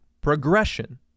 progression